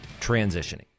transitioning